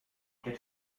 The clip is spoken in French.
quel